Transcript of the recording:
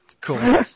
Cool